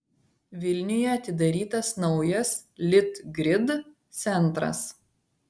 vilniuje atidarytas naujas litgrid centras